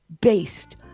based